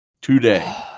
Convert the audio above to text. today